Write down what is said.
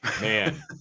Man